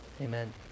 Amen